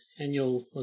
annual